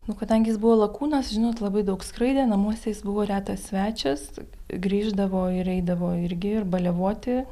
nu kadangi jis buvo lakūnas žinot labai daug skraidė namuose jis buvo retas svečias grįždavo ir eidavo irgi ir baliavoti